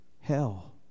hell